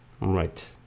Right